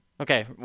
Okay